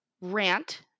rant